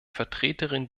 vertreterin